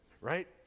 right